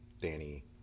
Danny